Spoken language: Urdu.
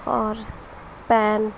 اور پین